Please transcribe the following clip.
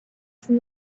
from